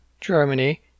Germany